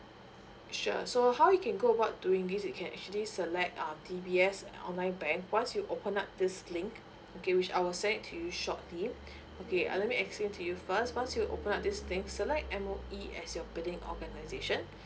sure so how you can go about doing this you can actually select uh D_B_S on my bank once you open up this link okay which I will send it to you shortly okay uh let me explain to you first once you open up this thing select M_O_E as your building organization